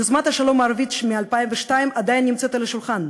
יוזמת השלום הערבית מ-2002 עדיין נמצאת על השולחן,